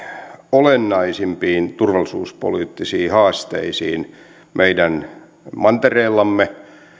olennaisimpiin turvallisuuspoliittisiin haasteisiin meidän mantereellamme